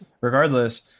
regardless